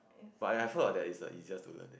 but I have heard of that it's the easiest to learn